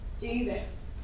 Jesus